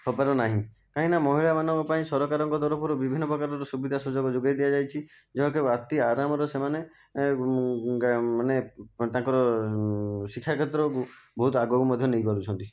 ହେବାର ନାହିଁ କାହିଁନା ମହିଳାମାନଙ୍କ ପାଇଁ ସରକାରଙ୍କ ତରଫରୁ ବିଭିନ୍ନ ପ୍ରକାରର ସୁବିଧା ସୁଯୋଗ ଯୋଗାଇ ଦିଆଯାଇଛି ଯାହାକି ଆତି ଆରାମରେ ସେମାନେ ମାନେ ତାଙ୍କର ଶିକ୍ଷା କ୍ଷେତ୍ରକୁ ବହୁତ ଆଗକୁ ମଧ୍ୟ ନେଇ ପାରୁଛନ୍ତି